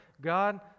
God